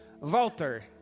Walter